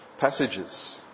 passages